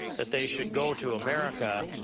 that they should go to america,